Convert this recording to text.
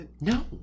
No